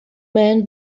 man